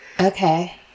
Okay